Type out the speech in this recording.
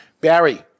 barry